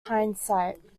hindsight